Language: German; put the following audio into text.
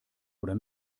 oder